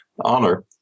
honor